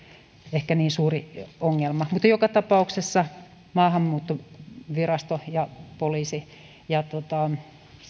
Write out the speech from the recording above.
ehkä niin suuri ongelma mutta joka tapauksessa maahanmuuttovirasto poliisi ja